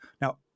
Now